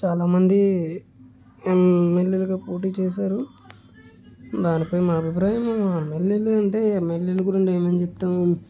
చాలామంది ఎమ్మెల్యేలుగా పోటీ చేశారు దానిపై మా అభిప్రాయం ఎమ్మెల్యేలు అంటే ఎమ్మెల్యేల గురించి ఏమని చెప్తాం